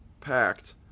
packed